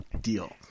deal